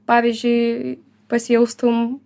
pavyzdžiui pasijaustum